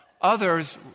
others